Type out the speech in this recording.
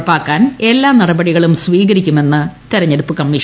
ഉറപ്പാക്കാൻ എല്ലാ നടപടികളും സ്വീകരിക്കുമെന്ന് തെരഞ്ഞെടുപ്പ് കമ്മീഷൻ